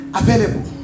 available